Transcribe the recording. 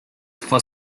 for